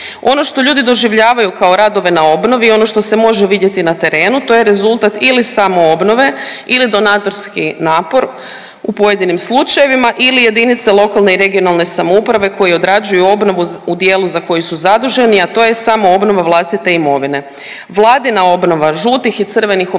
Ono što ljudi doživljavaju kao radove na obnovi i ono što se može vidjeti na terenu to je rezultat ili samo obnove ili donatorski napor u pojedinim slučajevima ili jedinice lokalne i regionalne samouprave koji odrađuju obnovu u dijelu za koju su zaduženi, a to je samoobnova vlastite imovine. Vladina obnova žutih i crvenih objekata